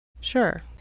Sure